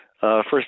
First